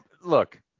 look